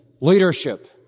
leadership